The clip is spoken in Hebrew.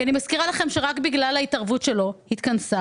אני מזכירה לכם שרק בגלל ההתערבות שלו התכנסה